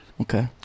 okay